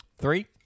Three